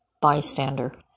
bystander